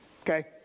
Okay